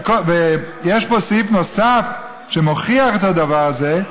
ויש פה סעיף נוסף שמוכיח את הדבר הזה.